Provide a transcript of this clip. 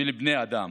ולבני אדם.